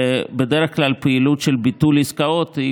בדרך כלל פעילות של ביטול עסקאות היא